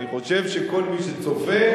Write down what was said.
אני חושב שכל מי שצופה,